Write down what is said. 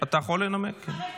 אתה יכול לנמק, כן.